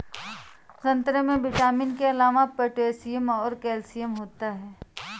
संतरे में विटामिन के अलावा पोटैशियम और कैल्शियम होता है